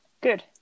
good